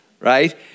Right